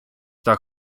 так